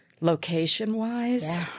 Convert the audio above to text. Location-wise